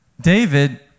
David